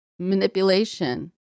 Manipulation